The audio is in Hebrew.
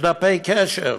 יש דפי קשר,